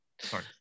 Sorry